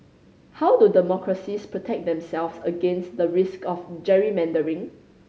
how do democracies protect themselves against the risk of gerrymandering